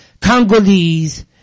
Congolese